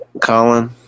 Colin